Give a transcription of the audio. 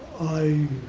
i